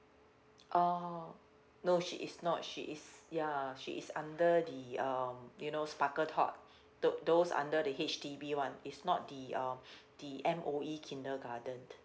orh no she is not she is ya she is under the um you know sparkletot tho~ those under the H_D_B one it's not the uh the M_O_E kindergarten